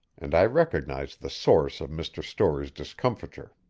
and i recognized the source of mr. storey's discomfiture.